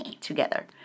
Together